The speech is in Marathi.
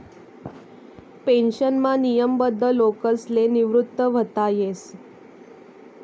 पेन्शनमा नियमबद्ध लोकसले निवृत व्हता येस